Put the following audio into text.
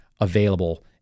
available